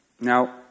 Now